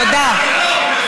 קשה לכם.